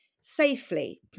safely